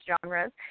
genres